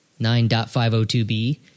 9.502B